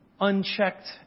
unchecked